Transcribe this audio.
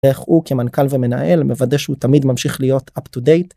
איך הוא כמנכ״ל ומנהל מוודא שהוא תמיד ממשיך להיות up to date.